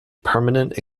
permanent